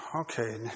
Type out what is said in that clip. Okay